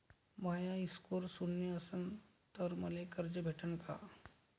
माया score शून्य असन तर मले कर्ज भेटन का?